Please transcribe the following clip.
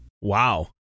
Wow